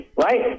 right